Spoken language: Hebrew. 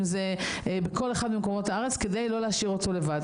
אם זה בכל אחד ממקומות הארץ כדי לא להשאיר אותו לבד.